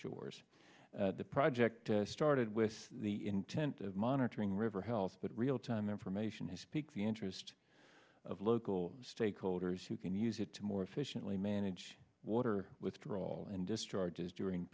shores the project started with the intent of monitoring river health but real time information has piqued the interest of local stakeholders who can use it to more efficiently manage water withdrawal and discharges during